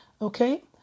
Okay